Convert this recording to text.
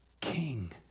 king